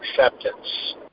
acceptance